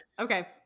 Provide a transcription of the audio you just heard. Okay